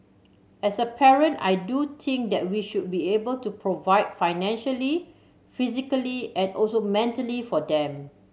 as a parent I do think that we should be able to provide financially physically and also mentally for them